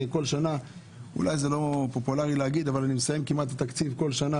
אולי זה לא פופולארי להגיד, אבל כל שנה